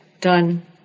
done